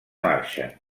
marxen